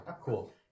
Cool